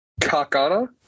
Kakana